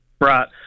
Right